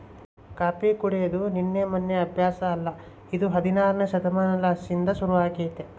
coffee ಕುಡೆದು ನಿನ್ನೆ ಮೆನ್ನೆ ಅಭ್ಯಾಸ ಅಲ್ಲ ಇದು ಹದಿನಾರನೇ ಶತಮಾನಲಿಸಿಂದ ಶುರುವಾಗೆತೆ